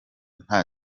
nta